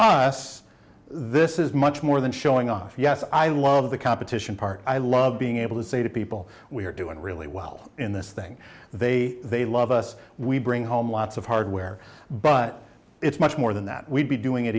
us this is much more than showing off yes i love the competition part i love being able to say to people we're doing really well in this thing they they love us we bring home lots of hardware but it's much more than that we'd be doing it